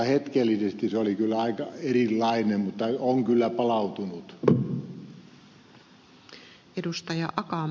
hetkellisesti se oli kyllä aika erilainen mutta on kyllä palautunut